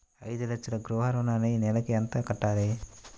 ఐదు లక్షల గృహ ఋణానికి నెలకి ఎంత కట్టాలి?